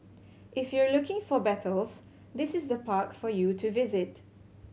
if you're looking for battles this is the park for you to visit